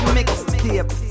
Mixtape